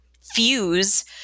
fuse